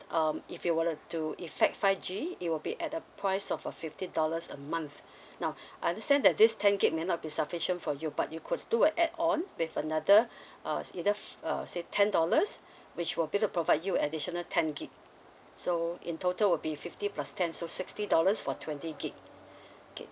um if you would like to effect five G it will be at the price of a fifty dollars a month now understand that this ten gig may not be sufficient for you but you could do a add on with another uh either uh let say ten dollars which will be the provide you additional ten gig so in total will be fifty plus ten so sixty dollars for twenty gig okay